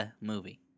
movie